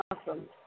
Awesome